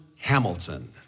Hamilton